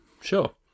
sure